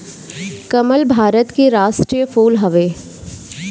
कमल भारत के राष्ट्रीय फूल हवे